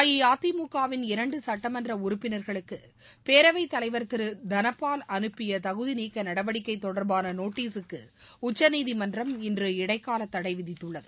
அஇஅதிமுக வின் இரண்டு சுட்டமன்ற உறுப்பினா்களுக்கு பேரவைத் தலைவா் திரு தளபால் அனுப்பிய தகுதிநீக்க நடவடிக்கை தொடர்பான நோட்டீஸுக்கு உச்சநீதிமன்றம் இன்று இடைக்கால தடை விதித்துள்ளது